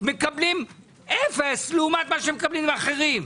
מקבלים אפס לעומת מה שמקבלים אחרים.